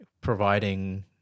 providing